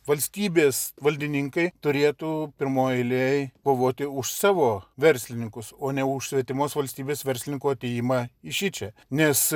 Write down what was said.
valstybės valdininkai turėtų pirmoj eilėj kovoti už savo verslininkus o ne už svetimos valstybės verslininkų atėjimą į šičia nes